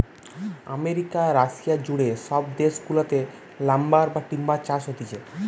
America, Russia জুড়ে সব দেশ গুলাতে লাম্বার বা টিম্বার চাষ হতিছে